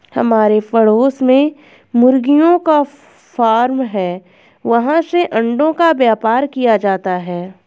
हमारे पड़ोस में मुर्गियों का फार्म है, वहाँ से अंडों का व्यापार किया जाता है